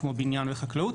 כמו בניין וחקלאות